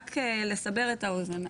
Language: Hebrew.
רק לסבר את האוזן,